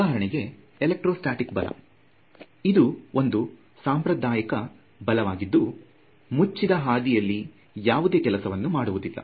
ಉದಾಹರಣೆಗೆ ಎಲೆಕ್ಟ್ರೋಸ್ಟಾಟಿಕ್ ಬಲ ಇದು ಒಂದು ಸಾಂಪ್ರದಾಯಿಕ ಬಲವಾಗಿದ್ದು ಮುಚ್ಚಿದ ಹಾದಿಯಲ್ಲಿ ಯಾವುದೇ ಕೆಲಸವನ್ನು ಮಾಡುವುದಿಲ್ಲ